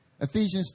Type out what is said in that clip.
Ephesians